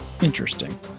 interesting